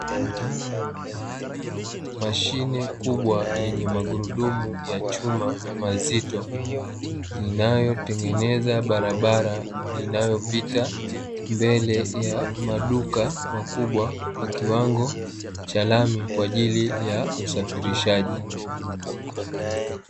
Mashine kubwa yenye magurudumu ya chuma mazito inayotengeneza barabara, inayopita mbele ya maduka makubwa kwa kiwango cha lami kwa ajili ya usafirishaji.